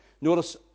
Notice